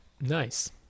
Nice